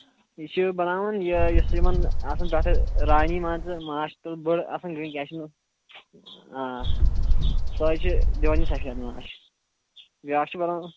یہِ چھُ بَناوان یہِ یُس یِمن آسان پٮ۪ٹھٕ رانی مان ژٕ ماچھ تُلٔر بٔڑ آسان آ فٲیدٕ دِوان یہِ سَفید ماچھ بیٛاکھ چھُ